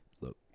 Look